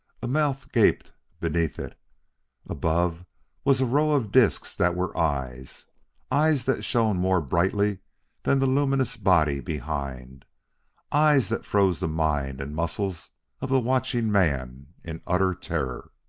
a mouth gaped beneath it above was a row of discs that were eyes eyes that shone more brightly than the luminous body behind eyes that froze the mind and muscles of the watching man in utter terror.